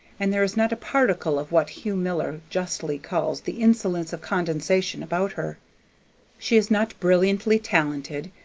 and there is not a particle of what hugh miller justly calls the insolence of condescension about her she is not brilliantly talented,